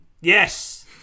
Yes